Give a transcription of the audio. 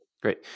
Great